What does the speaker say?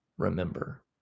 Remember